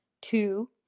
Two